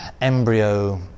embryo